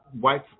white